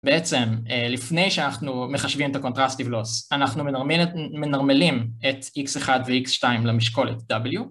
בעצם, לפני שאנחנו מחשבים את ה-contrastive loss, אנחנו מנרמלים את x1 וx2 למשקולת w